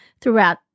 throughout